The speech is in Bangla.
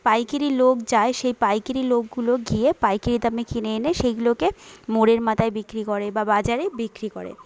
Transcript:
পাইকিরি লোক যায় সেই পাইকিরি লোকগুলো গিয়ে পাইকিরি দামে কিনে এনে সেইগুলোকে মোড়ের মাথায় বিক্রি করে বা বাজারে বিক্রি করে